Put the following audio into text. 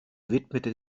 widmete